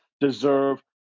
deserve